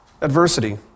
adversity